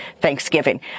Thanksgiving